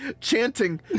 chanting